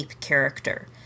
character